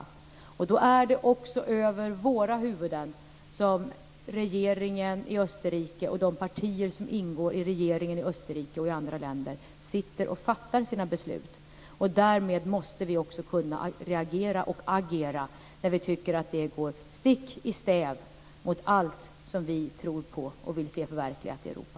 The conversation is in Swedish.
Då är det också över våra huvuden som regeringen i Österrike och de partier som ingår i regeringen i Österrike och i andra länder sitter och fattar sina beslut. Och därmed måste vi också kunna reagera och agera när vi tycker att det går stick i stäv mot allt som vi tror på och vill se förverkligat i Europa.